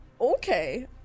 okay